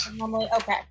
Okay